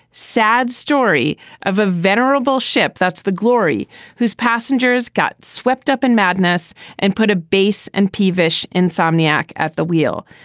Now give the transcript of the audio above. sad story of a venerable ship. that's the glory whose passengers got swept up in madness and put a base and peevish insomniac at the wheel.